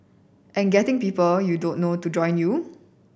and getting people you don't know to join you